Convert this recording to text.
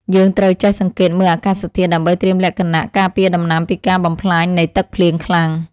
យើងត្រូវចេះសង្កេតមើលអាកាសធាតុដើម្បីត្រៀមលក្ខណៈការពារដំណាំពីការបំផ្លាញនៃទឹកភ្លៀងខ្លាំង។